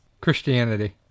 Christianity